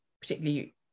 particularly